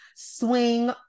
swing